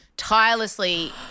Tirelessly